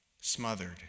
smothered